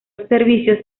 servicios